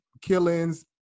killings